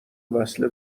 وصله